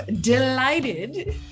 delighted